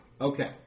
Okay